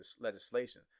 legislation